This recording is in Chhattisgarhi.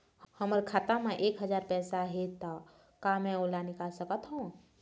हमर खाता मा एक हजार पैसा हे ता का मैं ओला निकाल सकथव?